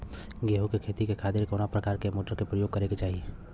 गेहूँ के खेती के खातिर कवना प्रकार के मोटर के प्रयोग करे के चाही?